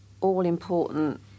all-important